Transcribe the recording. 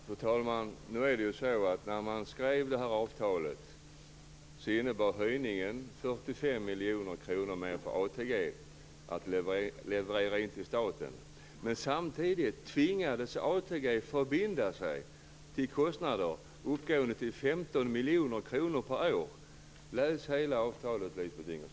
Fru talman! När man skrev detta avtal innebar höjningen 45 miljoner kronor mer för ATG att leverera in till staten. Men samtidigt tvingades ATG förbinda sig för kostnader uppgående till 15 miljoner kronor per år. Läs hela avtalet, Lisbeth Staaf